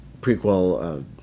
prequel